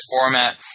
format